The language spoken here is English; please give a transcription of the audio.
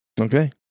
Okay